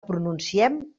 pronunciem